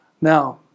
Now